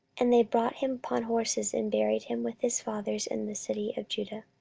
and they brought him upon horses, and buried him with his fathers in the city of judah.